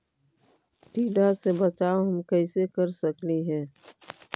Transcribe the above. टीडा से बचाव हम कैसे कर सकली हे?